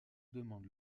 demande